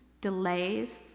delays